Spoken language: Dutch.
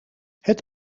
het